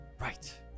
right